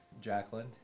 Jacqueline